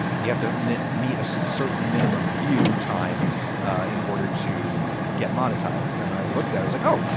you have to knit me a certain minimum view time ah in order to get monetized. and i've looked at it like, oh,